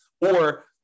Or-